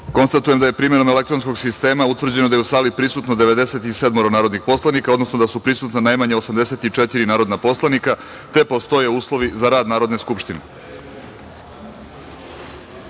jedinice. Konstatujem da je primenom elektronskog sistema utvrđeno da je u sali prisutno 97 narodnih poslanika, odnosno da su prisutna najmanje 84 narodna poslanika, te postoje uslovi za rad Narodne